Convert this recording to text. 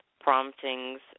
Promptings